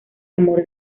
amor